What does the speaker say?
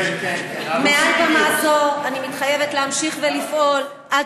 מעל במה זו אני מתחייבת להמשיך לפעול עד